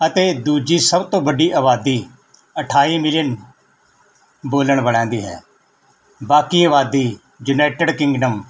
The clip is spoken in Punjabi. ਅਤੇ ਦੂਜੀ ਸਭ ਤੋਂ ਵੱਡੀ ਆਬਾਦੀ ਅਠਾਈ ਮਿਲੀਅਨ ਬੋਲਣ ਵਾਲਿਆਂ ਦੀ ਹੈ ਬਾਕੀ ਆਬਾਦੀ ਯੂਨਾਈਟਡ ਕਿੰਗਡਮ